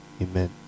Amen